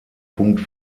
punkt